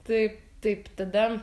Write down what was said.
taip taip tada